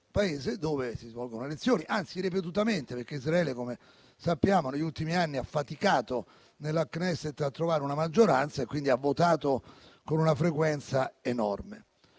Paese dove si svolgono le elezioni. Anzi, ripetutamente, perché Israele - come sappiamo - negli ultimi anni ha faticato nella Knesset a trovare una maggioranza e quindi ha votato con una frequenza enorme.